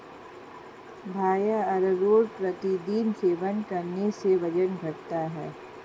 भैया अरारोट प्रतिदिन सेवन करने से वजन घटता है